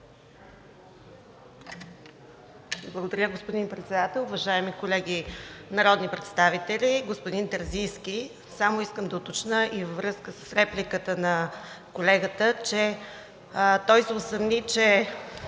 Благодаря, господин Председател. Уважаеми колеги народни представители! Господин Терзийски, само искам да уточня – и във връзка с репликата на колегата, че той се усъмни, че